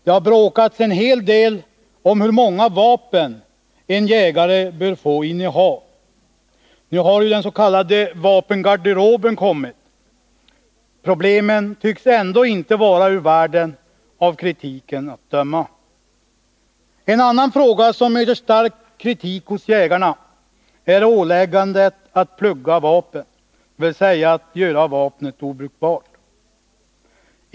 Det har bråkats en hel del om hur många vapen en jägare bör få inneha. Nu har den s.k. vapengarderoben kommit, men problemen tycks ändå inte vara ur världen, av kritiken att döma. En annan fråga, där man möter stark kritik hos jägarna, gäller åläggandet att plugga vapen, dvs. att göra ett vapen obrukbart.